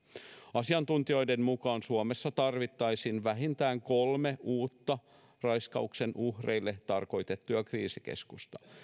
asiantuntijoiden mukaan suomeen tarvittaisiin vähintään kolme uutta raiskauksen uhreille tarkoitettua kriisikeskusta